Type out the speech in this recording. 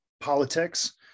politics